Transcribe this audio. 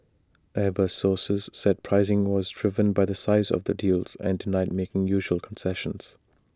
airbus sources said pricing was driven by the size of the deals and denied making unusual concessions